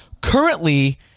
currently